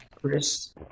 chris